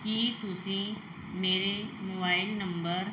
ਕੀ ਤੁਸੀਂ ਮੇਰੇ mobile number